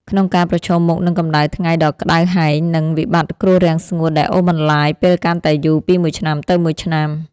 ក្នុងការប្រឈមមុខនឹងកម្ដៅថ្ងៃដ៏ក្ដៅហែង និងវិបត្តិគ្រោះរាំងស្ងួតដែលអូសបន្លាយពេលកាន់តែយូរពីមួយឆ្នាំទៅមួយឆ្នាំ។